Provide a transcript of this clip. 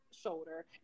shoulder